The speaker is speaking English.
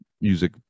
music